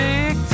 Big